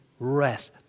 rest